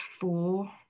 four